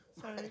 Sorry